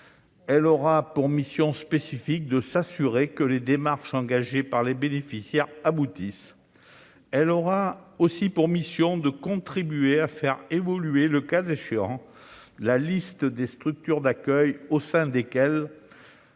Elle aura pour mission spécifique de s'assurer que les démarches engagées sur le fondement de ce texte aboutissent. Elle aura aussi pour mission de contribuer à faire évoluer, le cas échéant, la liste des structures d'accueil au sein desquelles